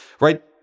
right